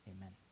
Amen